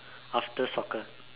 after soccer